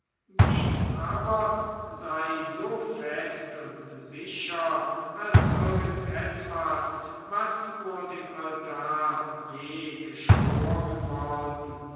dies aber sei so fest und sicher als irgend etwas was vor dem altar je geschworen worden